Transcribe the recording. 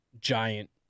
giant